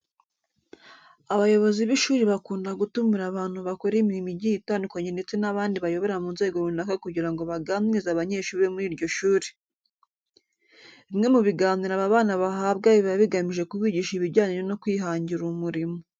Abayobozi b'ishuri bakunda gutumira abantu bakora imirimo igiye itandukanye ndetse n'abandi bayobora mu nzego runaka kugira ngo baganirize abanyeshuri bo muri iryo shuri. Bimwe mu biganiro aba bana bahabwa biba bigamije kubigisha ibijyanye no kwihangira umurimo.